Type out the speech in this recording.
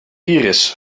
iris